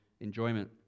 enjoyment